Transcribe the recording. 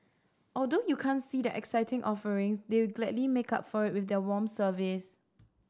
although you can't see the exciting offerings they gladly make up for it with their warm service